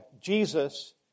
Jesus